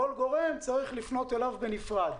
לכל גורם צריך לפנות בנפרד.